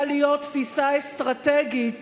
תפיסה אסטרטגית